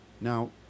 Now